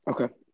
Okay